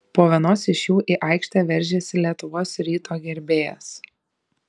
po vienos iš jų į aikštę veržėsi lietuvos ryto gerbėjas